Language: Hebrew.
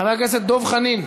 חבר הכנסת דב חנין,